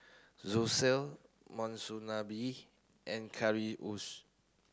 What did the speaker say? Zosui Monsunabe and Currywurst